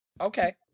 Okay